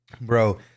bro